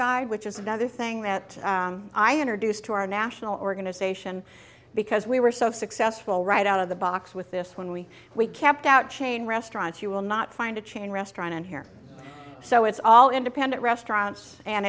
guide which is another thing that i introduced to our national organization because we were so successful right out of the box with this when we we camped out chain restaurants you will not find a chain restaurant in here so it's all independent restaurants and